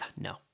no